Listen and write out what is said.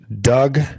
Doug